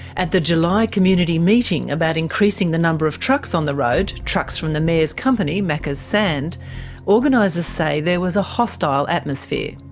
at the july community meeting about increasing the number of trucks on the road trucks from the mayor's company macka's sand organisers say there was a hostile atmosphere.